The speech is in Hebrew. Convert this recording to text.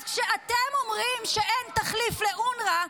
-- אז כשאתם אומרים שאין תחליף לאונר"א,